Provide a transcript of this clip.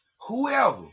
whoever